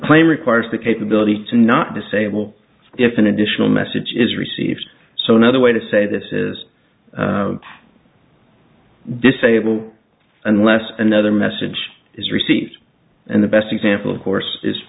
claim requires the capability to not disable if an additional message is received so another way to say this is disable unless another message is received and the best example of course is